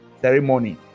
ceremony